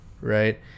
right